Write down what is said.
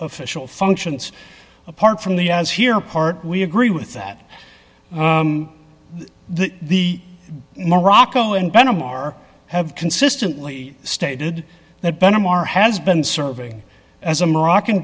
official functions apart from the as here part we agree with that the morocco and venom are have consistently stated that burnham are has been serving as a moroccan